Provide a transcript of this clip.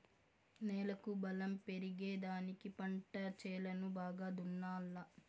నేలకు బలం పెరిగేదానికి పంట చేలను బాగా దున్నాలా